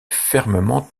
fermement